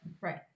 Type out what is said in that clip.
right